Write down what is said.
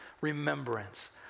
Remembrance